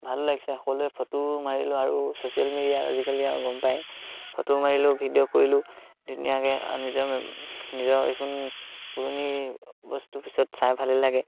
ভালো লাগিছে সকলোৱে ফটোও মাৰিলোঁ আৰু চ'চিয়েল মিডিয়া আজিকালি আৰু গম পায় ফটো মাৰিলোঁ ভিডিঅ' কৰিলোঁ ধুনীয়াকে নিজৰ নিজৰ এইখন পুৰণি বস্তুৰ পিছত চাই ভালে লাগে